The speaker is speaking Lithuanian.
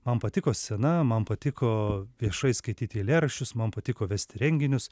man patiko scena man patiko viešai skaityti eilėraščius man patiko vesti renginius